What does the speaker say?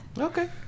Okay